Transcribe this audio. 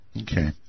Okay